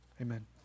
Amen